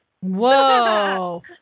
Whoa